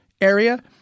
area